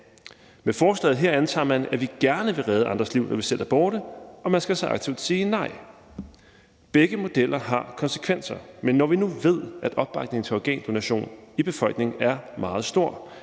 Med forslaget her antager man, at vi gerne vil redde andres liv, når vi selv er borte, og man skal så aktivt sige nej. Begge modeller har konsekvenser, men når vi nu ved, at opbakningen til organdonation i befolkningen er meget stor,